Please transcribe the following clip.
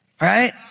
right